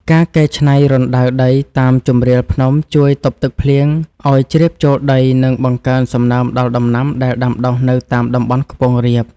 ការកែច្នៃរណ្តៅដីតាមជម្រាលភ្នំជួយទប់ទឹកភ្លៀងឱ្យជ្រាបចូលដី និងបង្កើនសំណើមដល់ដំណាំដែលដាំដុះនៅតាមតំបន់ខ្ពង់រាប។